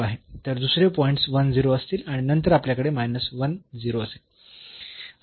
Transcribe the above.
तर दुसरे पॉईंट्स असतील आणि नंतर आपल्याकडे असेल